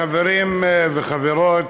חברים וחברות,